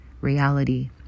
reality